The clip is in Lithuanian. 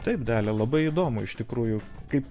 taip dalia labai įdomu iš tikrųjų kaip